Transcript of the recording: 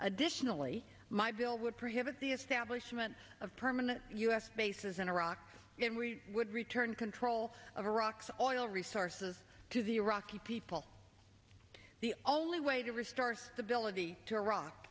additionally my bill would prohibit the establishment of permanent u s bases in iraq would return control of iraq's oil resources to the iraqi people the only way to restore stability to iraq